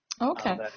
Okay